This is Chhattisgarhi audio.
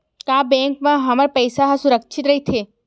का बैंक म हमर पईसा ह सुरक्षित राइथे?